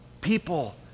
people